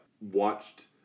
watched